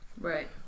Right